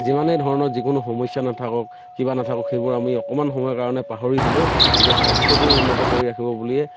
যিমানেই ধৰণৰ যিকোনো সমস্যা নাথাকক কিবা নাথাকক সেইবোৰ আমি অকমাণ সময়ৰ কাৰণে পাহৰি হ'লেও নিজৰ স্বাস্থ্যটো উন্নত কৰি ৰাখিব বুলিয়েই